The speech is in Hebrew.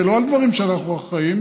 ולא על דברים שאנחנו אחראים